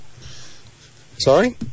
Sorry